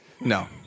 no